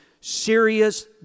serious